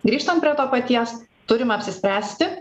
grįžtant prie to paties turim apsispręsti